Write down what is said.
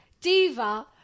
Diva